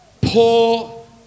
Poor